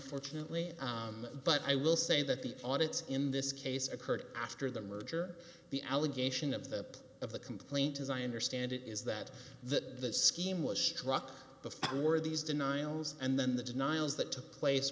unfortunately but i will say that the audits in this case occurred after the merger the allegation of the of the complaint as i understand it is that the scheme was struck by the fund where these denials and then the denials that took place